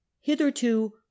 Hitherto